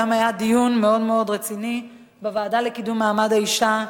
והיום היה דיון מאוד מאוד רציני בוועדה לקידום מעמד האשה,